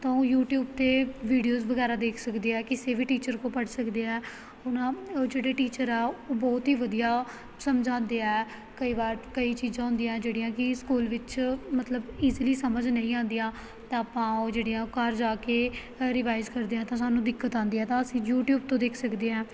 ਤਾਂ ਉਹ ਯੂਟੀਊਬ 'ਤੇ ਵੀਡੀਓਜ ਵਗੈਰਾ ਦੇਖ ਸਕਦੇ ਐ ਕਿਸੇ ਵੀ ਟੀਚਰ ਕੋਲ ਪੜ੍ਹ ਸਕਦੇ ਐ ਹੁਣ ਆਹ ਉਹ ਜਿਹੜੇ ਟੀਚਰ ਆ ਉਹ ਬਹੁਤ ਹੀ ਵਧੀਆ ਸਮਝਾਉਂਦੇ ਐ ਕਈ ਵਾਰ ਕਈ ਚੀਜ਼ਾਂ ਹੁੰਦੀਆਂ ਜਿਹੜੀਆਂ ਕਿ ਸਕੂਲ ਵਿੱਚ ਮਤਲਬ ਈਜ਼ਲੀ ਸਮਝ ਨਹੀਂ ਆਉਂਦੀਆਂ ਤਾਂ ਆਪਾਂ ਉਹ ਜਿਹੜੀਆਂ ਉਹ ਘਰ ਜਾ ਕੇ ਰਿਵਾਈਜ਼ ਕਰਦੇ ਹਾਂ ਤਾਂ ਸਾਨੂੰ ਦਿੱਕਤ ਆਉਂਦੀ ਹੈ ਤਾਂ ਅਸੀਂ ਯੂਟੀਊਬ ਤੋਂ ਦੇਖ ਸਕਦੇ ਐ